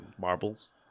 marbles